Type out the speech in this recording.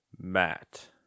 Matt